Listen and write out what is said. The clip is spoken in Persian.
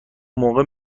موقع